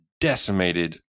decimated